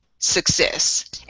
success